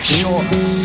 shorts